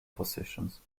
positions